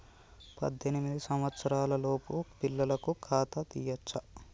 పద్దెనిమిది సంవత్సరాలలోపు పిల్లలకు ఖాతా తీయచ్చా?